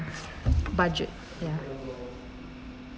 budget ya